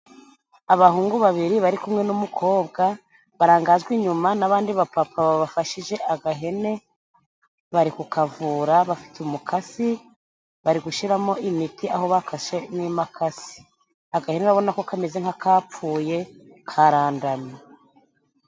Abahungu babiri bari kumwe n'umukobwa, barangajwe inyuma n'abandi bapapa babafashije agahene, bari kukavura, bafife umukasi, bari gushiramo imiti aho bakase n'imakasi. Agahene urabona ko kameze nk'akapfuye, karandamye.